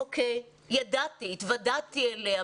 ידעתי, התוודעתי אליה.